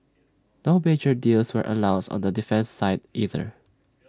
no major deals were announced on the defence side either